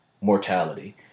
mortality